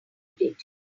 did